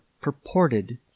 purported